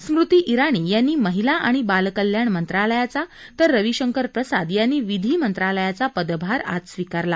स्मृती इराणी यांनी महिला आणि बालकल्याण मंत्रालयाचा तर रवीशंकर प्रसाद यांनी विधी मंत्रालयाचा पदभार आज स्वीकारला